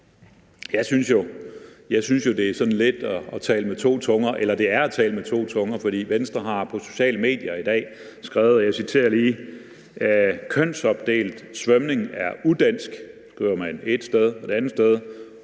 Jeg synes jo, at det er sådan lidt at tale med to tunger – eller at det er at tale med to tunger – for Venstre har i dag skrevet på sociale medier, og jeg citerer lige: Kønsopdelt svømning er udansk. Det skriver man ét sted. Og et andet sted